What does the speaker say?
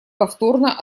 повторно